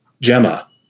Gemma